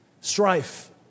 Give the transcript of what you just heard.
strife